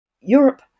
Europe